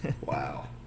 Wow